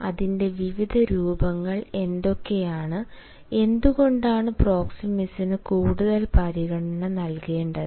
അതിന്റെ വിവിധ രൂപങ്ങൾ എന്തൊക്കെയാണ് എന്തുകൊണ്ടാണ് പ്രോക്സെമിക്സിന് കൂടുതൽ പരിഗണന നൽകേണ്ടത്